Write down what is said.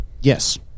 Yes